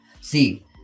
see